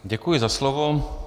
Děkuji za slovo.